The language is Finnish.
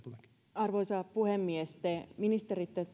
arvoisa puhemies te ministerit